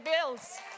bills